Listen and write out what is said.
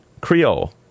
Creole